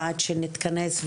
ועד שנתכנס,